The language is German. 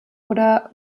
oder